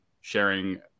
sharing